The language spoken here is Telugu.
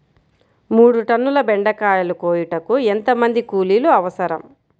మూడు టన్నుల బెండకాయలు కోయుటకు ఎంత మంది కూలీలు అవసరం?